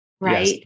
right